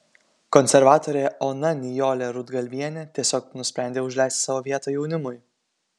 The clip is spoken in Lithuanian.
konservatorė ona nijolė rudgalvienė tiesiog nusprendė užleisti savo vietą jaunimui